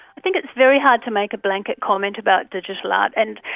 i think it's very hard to make a blanket comment about digital art. and